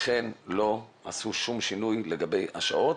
וכן לא עשו שום שינוי לגבי השעות.